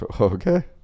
Okay